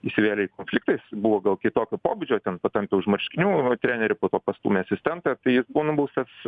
įsivėlė į konfliktą jis buvo gal kitokio pobūdžio ten patampiau už marškinių o trenerį po to pastūmė asistentą tai jis buvo nubaustas